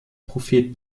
prophet